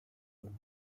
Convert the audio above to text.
und